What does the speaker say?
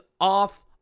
off